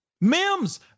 Mims